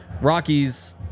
Rockies